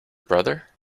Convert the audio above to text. brother